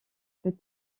peut